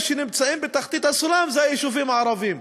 שנמצאים בתחתית הסולם הם יישובים ערביים.